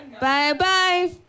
Bye-bye